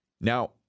Now